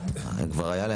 אנחנו עם חברות הביטוח.